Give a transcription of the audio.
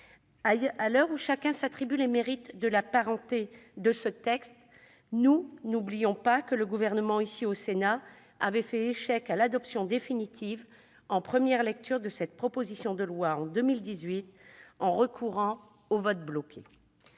À l'heure où chacun s'attribue les mérites et la parenté de ce texte, nous n'oublions pas que le Gouvernement, ici au Sénat, avait fait échec à l'adoption définitive en première lecture de cette proposition de loi en 2018, en recourant au « vote bloqué